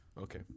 Okay